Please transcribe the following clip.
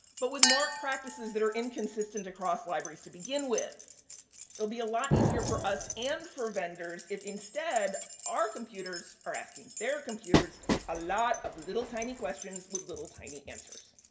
but with marc practices that are inconsistent across libraries to begin with be a lot easier for us and for vendors if, instead, our computers are asking their computers a lot of little tiny questions with little tiny answers.